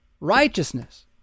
Righteousness